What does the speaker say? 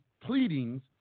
pleadings